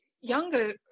younger